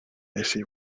see